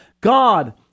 God